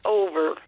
over